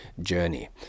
journey